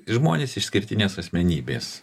žmonės išskirtinės asmenybės